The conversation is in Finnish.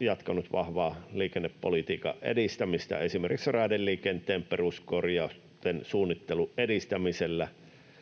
jatkanut vahvaa liikennepolitiikan edistämistä, esimerkiksi raideliikenteen peruskorjausten suunnittelun edistämisellä,